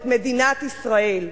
את מדינת ישראל.